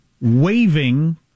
waving